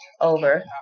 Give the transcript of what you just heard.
over